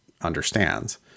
understands